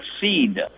seed